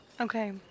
Okay